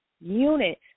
unit